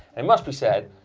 it must be said,